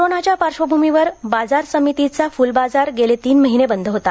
करोनाच्या पार्श्वभूमीवर बाजार समितीचा फूलबाजार तीन महिने बंद होता